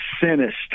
sinister